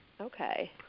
Okay